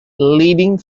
leading